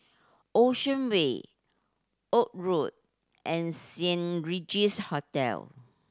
Ocean Way Road and Saint Regis Hotel